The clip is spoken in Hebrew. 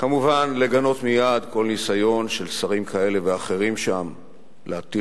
כמובן לגנות מייד כל ניסיון של שרים כאלה ואחרים שם להטיל